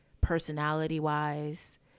personality-wise